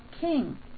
king